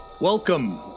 Welcome